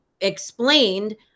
explained